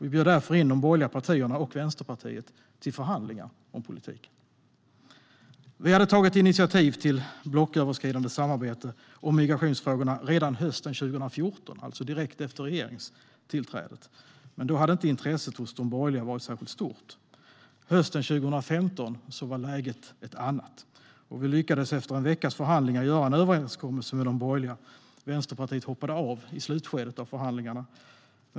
Vi bjöd därför in de borgerliga partierna och Vänsterpartiet till förhandlingar om politiken. Vi hade tagit initiativ till blocköverskridande samarbete om migrationsfrågorna redan hösten 2014, alltså direkt efter regeringstillträdet. Men då hade inte intresset hos de borgerliga varit särskilt stort. Hösten 2015 var läget ett annat. Vi lyckades efter en veckas förhandlingar ingå en överenskommelse med de borgerliga. Vänsterpartiet hoppade av i slutskedet av förhandlingarna.